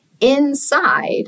inside